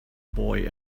boy